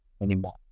anymore